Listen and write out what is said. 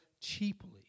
cheaply